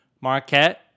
Marquette